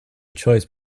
choice